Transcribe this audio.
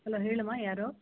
hello ಹೇಳಮ್ಮ ಯಾರು